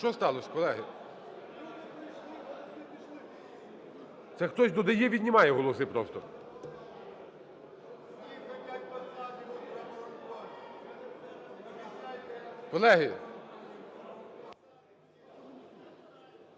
що сталося, колеги? Це хтось додає-віднімає голоси просто. (Шум